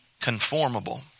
conformable